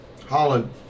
Holland